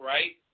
Right